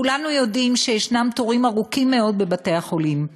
כולנו יודעים שיש תורים ארוכים מאוד בבתי-החולים.